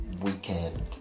weekend